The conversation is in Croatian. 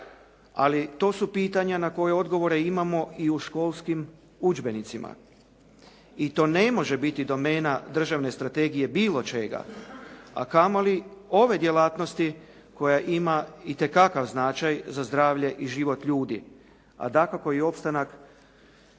ali to su pitanja na koja odgovore imamo i u školskim udžbenicima. I to ne može biti domena državne strategije bilo čega, a kamoli ove djelatnosti koja ima itekakav značaj za zdravlje i život ljudi, a dakako i opstanak